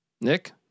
Nick